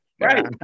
Right